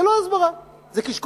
זה לא הסברה, זה קשקוש.